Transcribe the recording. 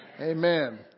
Amen